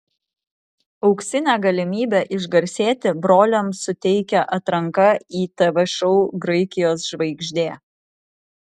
auksinę galimybę išgarsėti broliams suteikia atranka į tv šou graikijos žvaigždė